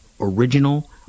original